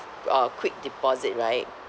uh quick deposit right